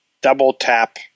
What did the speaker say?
double-tap